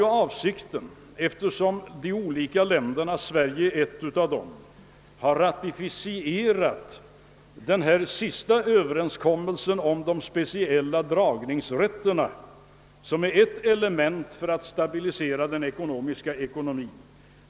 Medlemsländerna i IMF av vilka Sverige är ett, har ratificerat överenskommelsen om de speciella dragningsrätterna, som är ett led i arbetet på att stabilisera den internationella ekonomin.